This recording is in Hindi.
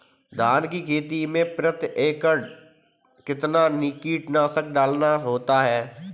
धान की खेती में प्रति एकड़ कितना कीटनाशक डालना होता है?